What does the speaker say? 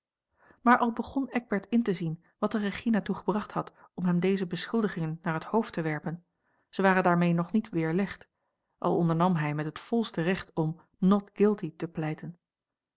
maar al begon eckbert in te zien wat er regina toe gebracht had om hem deze beschuldigingen naar het hoofd te werpen ze waren daarmee nog niet weerlegd al ondernam hij met het volste recht om not guilty te pleiten